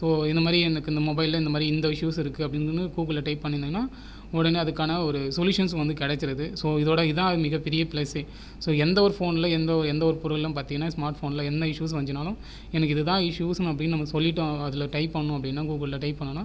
so இந்த மாதிரி எனக்கு இந்த மொபைலில் இந்த மாதிரி இந்த இஸ்ஷுஸ் இருக்குது அப்படினு கூகுளில் டைப் பண்ணுனீங்கனால் உடனே அதுக்கான ஒரு சொல்யூஷன்ஸ் வந்து கிடைச்சுருது ஸோ இதோடய இதுதான் மிகப்பெரிய ப்ளஸ்ஸே ஸோ எந்த ஒரு ஃபோனில் எந்த ஒரு எந்த ஒரு பொருளும் பார்த்தீங்கனா ஸ்மார்ட் போனில் என்ன இஸ்ஷுஸ் வந்துச்சுனாலும் எனக்கு இதுதான் இஸ்ஷுஸ் அப்படினு நம்ம சொல்லிவிட்டோம் அதில் டைப் பண்ணுனோம் அப்படினா கூகுளில் டைப் பண்ணுனோம்னால்